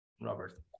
Robert